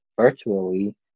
virtually